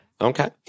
Okay